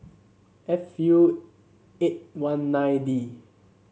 F U eight one nine D